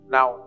Now